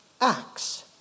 Acts